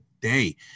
day